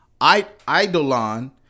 idolon